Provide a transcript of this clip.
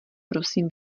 prosím